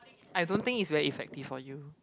I don't think it's very effective for you